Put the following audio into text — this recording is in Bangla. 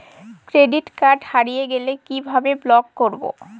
ক্রেডিট কার্ড হারিয়ে গেলে কি ভাবে ব্লক করবো?